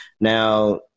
Now